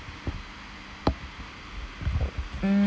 mm